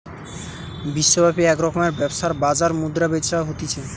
বিশ্বব্যাপী এক রকমের ব্যবসার বাজার মুদ্রা বেচা হতিছে